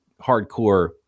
hardcore